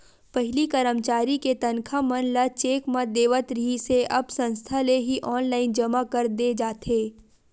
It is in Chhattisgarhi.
पहिली करमचारी के तनखा मन ल चेक म देवत रिहिस हे अब संस्था ले ही ऑनलाईन जमा कर दे जाथे